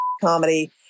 comedy